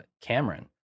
Cameron